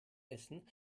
essen